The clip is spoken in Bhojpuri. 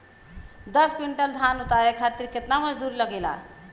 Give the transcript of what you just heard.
दस क्विंटल धान उतारे खातिर कितना मजदूरी लगे ला?